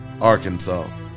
Arkansas